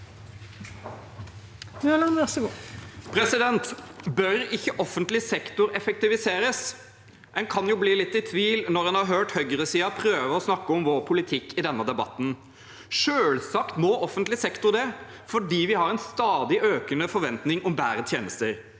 Bør ikke offent- lig sektor effektiviseres? En kan jo bli litt i tvil når en har hørt høyresiden prøve å snakke om vår politikk i denne debatten. Selvsagt må offentlig sektor det, for vi har en stadig økende forventning om bedre tjenester.